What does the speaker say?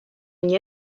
ogni